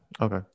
okay